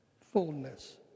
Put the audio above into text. fullness